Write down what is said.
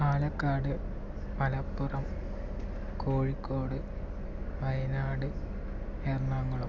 Palakkad Malappuram Kozhikode Wayanad Ernakulam